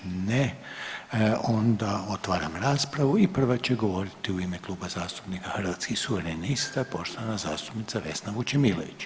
Ne onda otvaram raspravu i prva će govoriti u ime Kluba zastupnika Hrvatskih suverenista poštovana zastupnica Vesna Vučemilović.